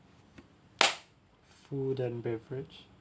food and beverage